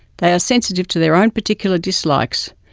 they are sensitive to their own particular dislikes,